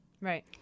Right